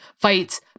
fights